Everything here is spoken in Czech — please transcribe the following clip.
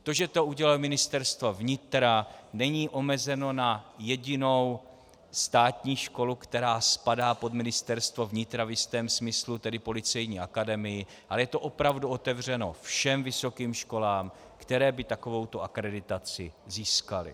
To, že to uděluje Ministerstvo vnitra, není omezeno na jedinou státní školu, která spadá pod Ministerstvo vnitra, v jistém smyslu tedy Policejní akademii, ale je to opravdu otevřeno všem vysokým školám, které by takovouto akreditaci získaly.